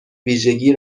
ویژگی